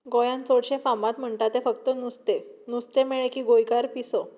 गोंयान चडशें फामाद म्हणटात तें फक्त नुस्तें नुस्तें मेळ्ळें की गोंयकार पिसो